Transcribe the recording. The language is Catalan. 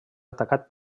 atacat